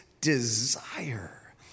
desire